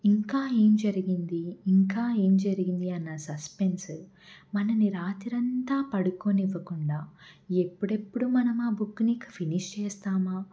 ఇంకా ఏం జరిగింది ఇంకా ఏం జరిగింది అన్న సస్పెన్స్ మనని రాత్రంతా పడుకోనివ్వకుండా ఎప్పుడెప్పుడు మనం ఆ బుక్ని ఫినిష్ చేస్తామా